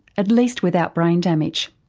at least without brain damage.